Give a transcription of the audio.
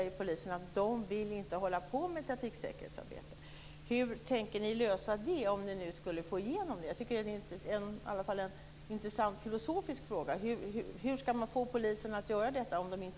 En del av transportarbetet borde kunna flyttas över dit.